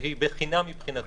שהיא בחינם מבחינתו,